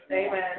Amen